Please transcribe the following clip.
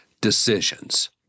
decisions